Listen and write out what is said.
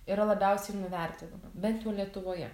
yra labiausiai nuvertinama bent jau lietuvoje